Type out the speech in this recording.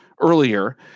earlier